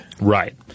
Right